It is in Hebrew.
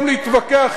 במחילה,